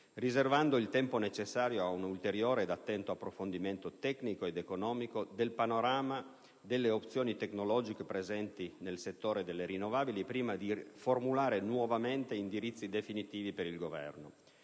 riservando il tempo necessario ad un ulteriore ed attento approfondimento tecnico ed economico del panorama delle opzioni tecnologiche presenti nel settore delle rinnovabili prima di formulare nuovamente indirizzi definitivi per il Governo.